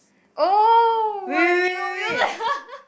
oh what new